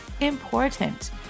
important